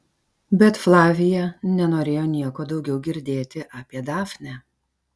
bet flavija nenorėjo nieko daugiau girdėti apie dafnę